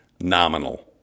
nominal